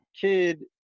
kid